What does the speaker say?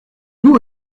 nous